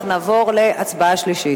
אנחנו נעבור להצבעה בקריאה שלישית.